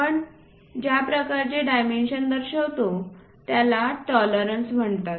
आपण ज्या प्रकारचे डायमेन्शन्स दर्शवितो त्याला टॉलरन्स म्हणतात